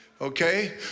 Okay